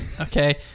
Okay